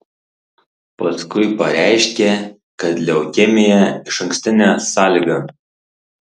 paskui pareiškė kad leukemija išankstinė sąlyga